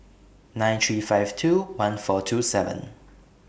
nine three five two one four two seven